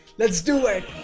let's do it!